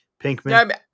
Pinkman